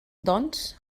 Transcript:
doncs